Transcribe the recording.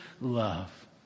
love